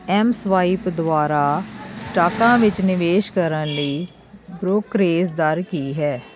mSwipe ਦੁਆਰਾ ਸਟਾਕਾਂ ਵਿੱਚ ਨਿਵੇਸ਼ ਕਰਨ ਲਈ ਬ੍ਰੋਕਰੇਜ ਦਰ ਕੀ ਹੈ